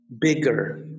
bigger